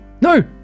No